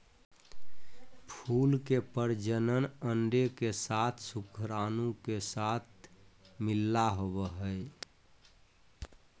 फूल के प्रजनन अंडे के साथ शुक्राणु के साथ मिलला होबो हइ